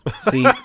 see